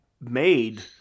made